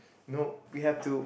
no we have to